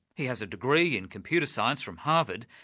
he has a degree in computer science from harvard,